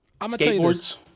Skateboards